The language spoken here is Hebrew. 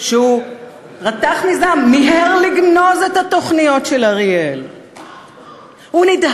הוא רתח למה רק 20,000. הוא רתח